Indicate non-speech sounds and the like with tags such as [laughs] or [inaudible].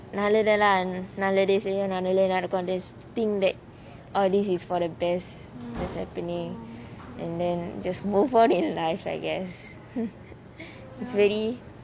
நல்லதெல்லாம் நல்லது செய்ய நல்லதே நடக்கும்:nallathellam nallathu seiya nallathae nadakum this thing that all this is for the best that's happening and then just move on in life I guess [laughs] it's really